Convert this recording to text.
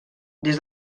des